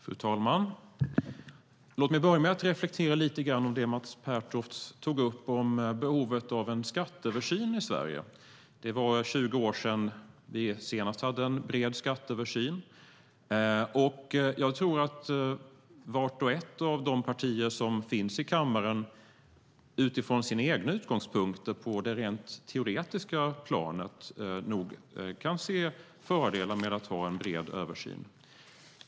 Fru talman! Låt mig börja med att reflektera lite grann över det Mats Pertoft tog upp om behovet av en skatteöversyn i Sverige. Det var 20 år sedan vi senast hade en bred skatteöversyn. Jag tror att vart och ett av de partier som finns i kammaren, utifrån sina egna utgångspunkter på det rent teoretiska planet, nog kan se fördelar med att ha en bred översyn.